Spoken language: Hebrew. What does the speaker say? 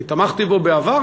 אני תמכתי בו בעבר.